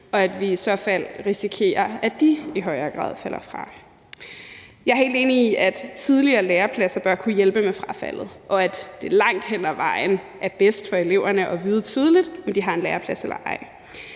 for, at vi i så fald risikerer, at de i højere grad falder fra. Jeg er helt enig i, at tidligere lærepladser bør kunne hjælpe med frafaldet, og at det langt hen ad vejen er bedst for eleverne at vide tidligt, om de har en læreplads eller ej.